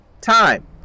time